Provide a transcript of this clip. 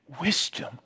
Wisdom